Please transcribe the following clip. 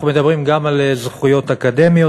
אנחנו מדברים גם על זכויות אקדמיות,